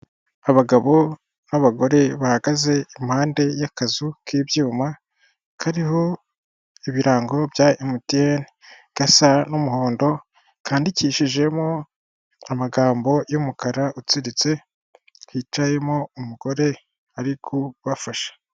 Abagabo n'abagore bahagaze impande y'akazu k'ibyuma, kariho ibirango bya emutiyene gasa n'umuhondo kandikishijemo amagambo y'umukara utsiritse hicayemo umugore ari kufasha.